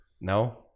No